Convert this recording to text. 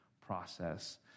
process